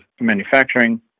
manufacturing